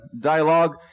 dialogue